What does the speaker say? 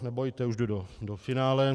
Nebojte, už jdu do finále.